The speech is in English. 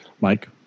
Mike